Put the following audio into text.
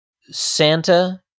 Santa